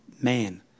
man